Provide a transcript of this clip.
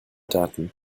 daten